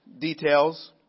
details